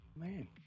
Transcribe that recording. man